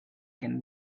can